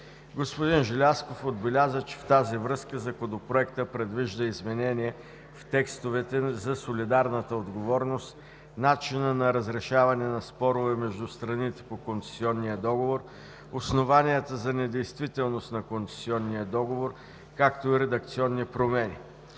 Господин Желязков отбеляза, че в тази връзка Законопроектът предвижда изменения в текстовете за солидарната отговорност, начина на разрешаване на спорове между страните по концесионния договор, основанията за недействителност на концесионния договор, както и редакционни промени.